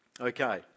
Okay